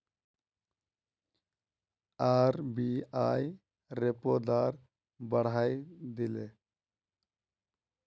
RBI repo दर बढ़ाए दिले